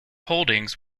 holdings